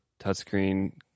touchscreen